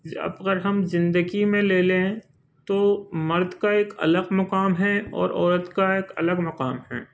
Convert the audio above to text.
اگر ہم زندگی میں لے لیں تو مرد کا ایک الگ مقام ہے اور عورت کا ایک الگ مقام ہے